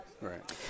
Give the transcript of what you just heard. Right